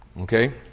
Okay